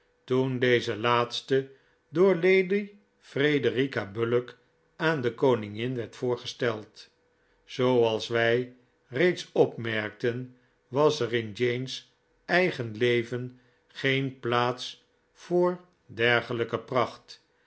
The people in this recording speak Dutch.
toen deze laatste door lady frederica bullock aan de koningin werd voorgesteld zooals wij reeds opmerkten was er in jane's eigen leven geen plaats voor dergelijke pracht